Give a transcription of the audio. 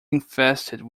infested